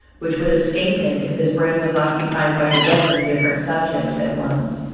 which would escape him if his brain was occupied by a dozen different subjects at once.